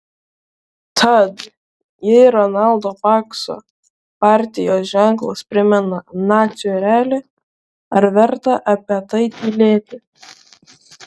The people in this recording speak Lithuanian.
tad jei rolando pakso partijos ženklas primena nacių erelį ar verta apie tai tylėti